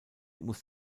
muss